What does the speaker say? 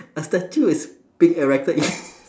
a statue is being erected in